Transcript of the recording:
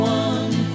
one